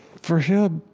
for him,